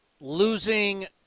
losing